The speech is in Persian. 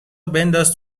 بنداز